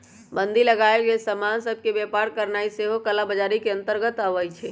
बन्दी लगाएल गेल समान सभ के व्यापार करनाइ सेहो कला बजारी के अंतर्गत आबइ छै